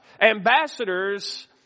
Ambassadors